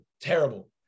terrible